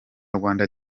rwanda